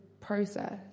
process